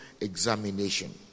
examination